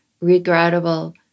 regrettable